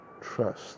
Trust